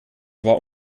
war